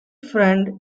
friend